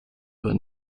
aber